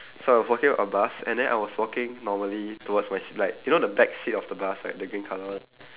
so I was walking up a bus and then I was walking normally towards my s~ like you know the backseat of the bus right the green colour [one]